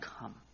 come